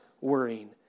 worrying